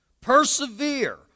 persevere